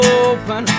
open